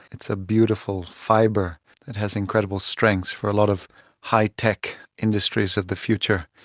it's a beautiful fibre that has incredible strength for a lot of high-tech industries of the future,